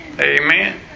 Amen